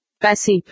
Passive